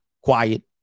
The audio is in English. quiet